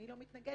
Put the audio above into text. אני לא מתנגדת.